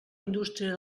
indústria